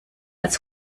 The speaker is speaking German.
als